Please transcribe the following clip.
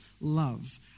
love